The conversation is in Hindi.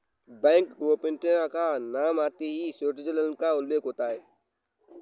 बैंक गोपनीयता का नाम आते ही स्विटजरलैण्ड का उल्लेख होता हैं